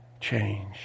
change